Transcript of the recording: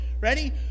Ready